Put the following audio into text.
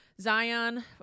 Zion